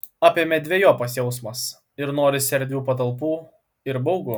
apėmė dvejopas jausmas ir norisi erdvių patalpų ir baugu